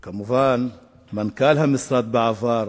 וכמובן, מנכ"ל המשרד לשעבר,